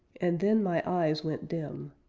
and then my eyes went dim.